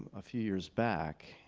a few years back,